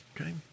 okay